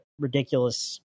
ridiculous